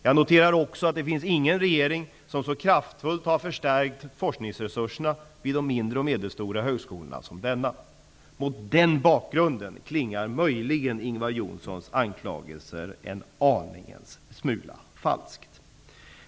Jag noterar också att det inte finns någon regering som så kraftfullt förstärkt forskningsresurserna vid de mindre och medelstora högskolorna, som denna regering. Mot den bakgrunden klingar Ingvar Johnssons anklagelser möjligen en smula falskt.